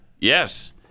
Yes